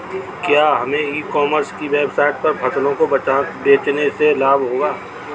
क्या हमें e commerce की वेबसाइट पर फसलों को बेचने से लाभ होगा?